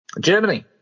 Germany